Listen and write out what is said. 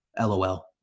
LOL